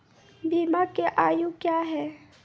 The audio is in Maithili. बीमा के आयु क्या हैं?